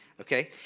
okay